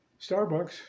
Starbucks